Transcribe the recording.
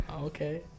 Okay